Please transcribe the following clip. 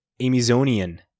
Amazonian